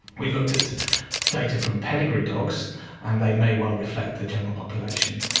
we've looked at data from pedigree dogs and they may well reflect the general population,